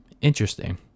interesting